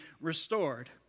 restored